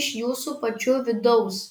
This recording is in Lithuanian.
iš jūsų pačių vidaus